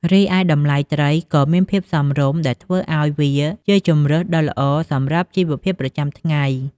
រីឯតម្លៃត្រីក៏មានភាពសមរម្យ ដែលធ្វើឲ្យវាជាជម្រើសដ៏ល្អសម្រាប់ជីវភាពប្រចាំថ្ងៃ។